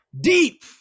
deep